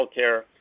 healthcare